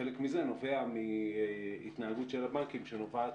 חלק מזה בגלל התנהלות הבנקים שנובעת